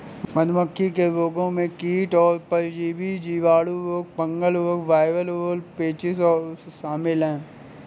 मधुमक्खी के रोगों में कीट और परजीवी, जीवाणु रोग, फंगल रोग, वायरल रोग, पेचिश शामिल है